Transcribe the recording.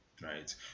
right